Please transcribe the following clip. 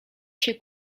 się